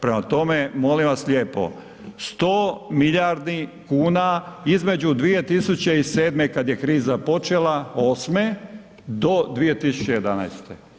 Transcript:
Prema tome, molim vas lijepo 100 milijardi kuna između 2007. kad je kriza počela '08., do 2011.